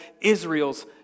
Israel's